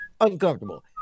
uncomfortable